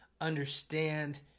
Understand